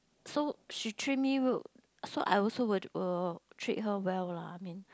so she treat me rude so I also will will treat her well lah I mean